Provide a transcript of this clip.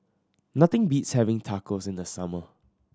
nothing beats having Tacos in the summer